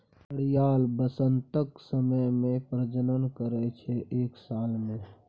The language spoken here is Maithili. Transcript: घड़ियाल बसंतक समय मे प्रजनन करय छै एक साल मे